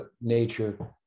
nature